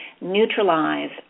neutralize